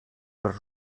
los